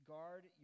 Guard